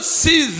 see